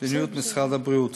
את מדיניות משרד הבריאות.